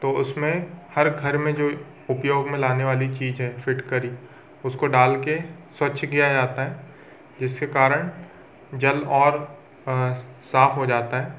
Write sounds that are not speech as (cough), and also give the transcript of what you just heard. तो उसमें हर घर में जो उपयोग में लाने वाली चीजें फिटकरी उसको डाल के स्वच्छ किया जाता है जिस्से कारण जल और (unintelligible) साफ हो जाता है